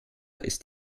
ist